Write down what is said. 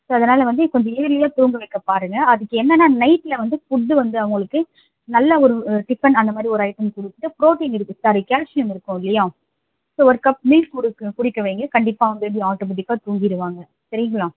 so அதனால் வந்து கொஞ்சம் இயர்லியாக தூங்க வைக்க பாருங்க அதுக்கு என்னென்னால் நைட்டில் வந்து ஃபுட் வந்து அவங்களுக்கு நல்ல ஒரு டிஃபன் அந்தமாதிரி ஒரு ஐட்டம் கொடுத்துட்டு புரோட்டீன் இருக்குது சாரி கால்சியம் இருக்கும் இல்லையா ஸோ ஒரு கப் மில்க் குடிக்க குடிக்க வைங்க கண்டிப்பாக பேபி ஆட்டோமேட்டிக்காக தூங்கிடுவாங்க சரிங்களா